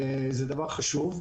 זה דבר חשוב.